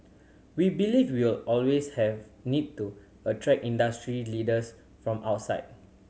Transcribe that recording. we believe we'll always have need to attract industry leaders from outside